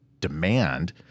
demand